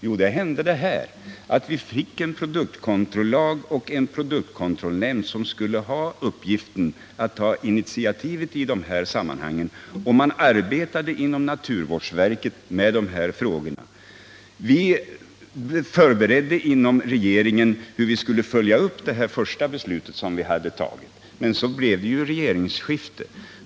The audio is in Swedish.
Jag vill dock peka på att vi under den perioden fick en produktkontrollag och en produktkontrollnämnd, som skulle ha till uppgift att ta initiativ i sådana här sammanhang. Vidare arbetade man i naturvårdsverket med dessa frågor. Vi förberedde inom regeringen en uppföljning av det första beslut som vi hade fattat på området, men så kom regeringsskiftet.